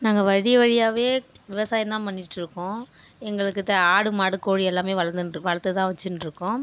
நாங்கள் வழி வழியாவே விவசாயோந்தான் பண்ணிட்டுருக்கோம் எங்களுக்கு த ஆடு மாடு கோழி எல்லாமே வளர்ந்துன்று வளர்த்து தான் வச்சிட்டுருக்கோம்